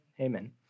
Amen